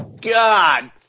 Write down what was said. God